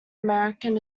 american